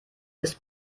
ist